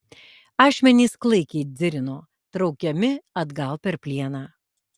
ašmenys klaikiai dzirino traukiami atgal per plieną